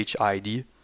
HID